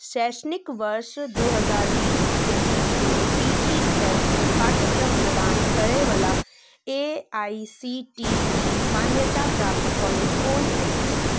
शैक्षणिक वर्ष दू हजार बीस एकैस मे पी जी स्तरके पाठ्यक्रम प्रदान करैवला A I C T E मान्यताप्राप्त कॉलेज कोन अछि